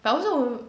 but outside wi~